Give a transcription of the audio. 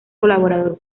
colaborador